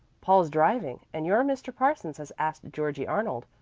paul's driving, and your mr. parsons has asked georgie arnold.